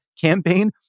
campaign